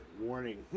warning